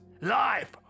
Life